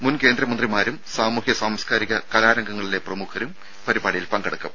മുൻ കേന്ദ്ര മന്ത്രിമാരും സാമൂഹ്യ സാംസ്കാരിക കലാ രംഗങ്ങളിലെ പ്രമുഖരും പരിപാടിയിൽ പങ്കെടുക്കും